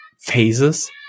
phases